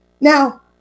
Now